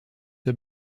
der